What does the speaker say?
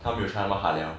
他没有 try 那么 hard 了